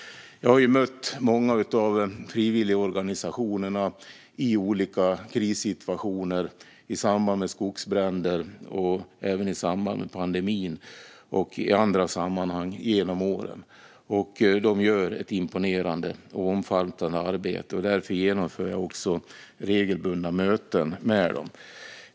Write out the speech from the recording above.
Jag har genom åren mött många av frivilligorganisationerna i olika krissituationer, i samband med skogsbränder, i samband med pandemin och i andra sammanhang. De gör ett imponerande och omfattande arbete. Därför har jag också regelbundna möten med dem.